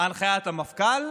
הנחיית המפכ"ל,